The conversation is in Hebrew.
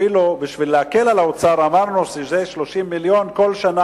אפילו כדי להקל על האוצר אמרנו שזה 30 מיליון שקל,